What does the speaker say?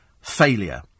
failure